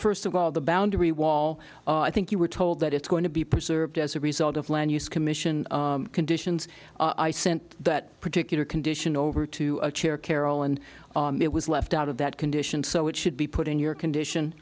for the boundary wall i think you were told that it's going to be preserved as a result of land use commission conditions i sent that particular condition over to a chair carol and it was left out of that condition so it should be put in your condition